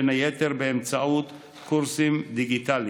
בין היתר באמצעות קורסים דיגיטליים.